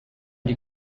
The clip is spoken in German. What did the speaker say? die